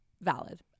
valid